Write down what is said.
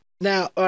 Now